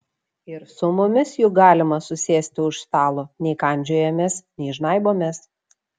ir su mumis juk galima susėsti už stalo nei kandžiojamės nei žnaibomės